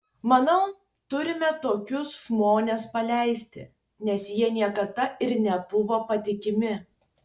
manau turime tokius žmones paleisti nes jie niekada ir nebuvo patikimi